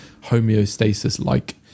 homeostasis-like